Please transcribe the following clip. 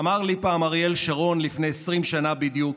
אמר לי פעם אריאל שרון, לפני 20 שנה בדיוק: